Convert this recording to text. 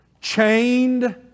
chained